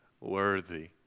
worthy